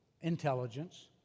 intelligence